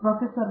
professor